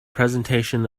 presentation